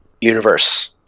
universe